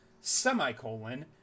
Semicolon